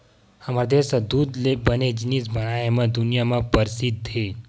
हमर देस ह दूद ले बने जिनिस बनाए म दुनिया म परसिद्ध हे